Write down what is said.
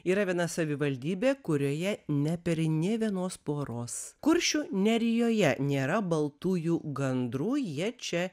yra viena savivaldybė kurioje neperi nė vienos poros kuršių nerijoje nėra baltųjų gandrų jie čia